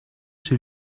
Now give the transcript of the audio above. chez